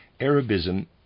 Arabism